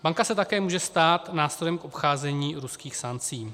Banka se také může stát nástrojem k obcházení ruských sankcí.